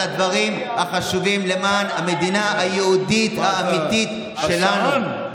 הדברים החשובים למען המדינה היהודית האמיתית שלנו,